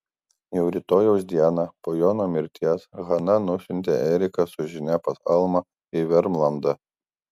jau rytojaus dieną po jono mirties hana nusiuntė eriką su žinia pas almą į vermlandą